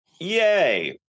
Yay